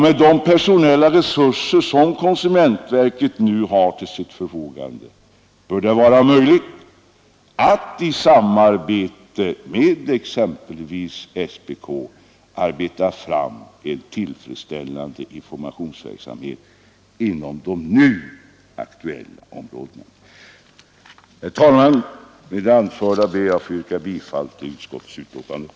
Med de personella resurser konsumentverket nu har till sitt förfogande bör det vara möjligt att i samarbete med exempelvis SPK arbeta fram en tillfredsställande informationsverksamhet inom de här aktuella områdena. Herr talman! Med det anförda ber jag att få yrka bifall till utskottets hemställan.